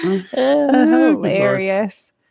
Hilarious